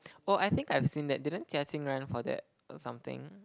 oh I think I've seen that didn't Jia-Qing run for that or something